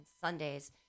Sundays